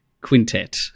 Quintet